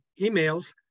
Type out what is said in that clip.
emails